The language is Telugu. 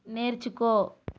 నేర్చుకో